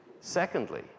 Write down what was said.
secondly